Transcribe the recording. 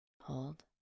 Hold